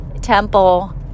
temple